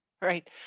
Right